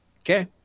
okay